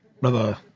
Brother